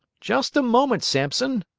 just a moment, sampson!